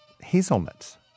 hazelnuts